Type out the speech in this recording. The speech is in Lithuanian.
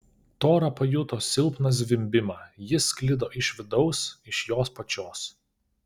tora pajuto silpną zvimbimą jis sklido iš vidaus iš jos pačios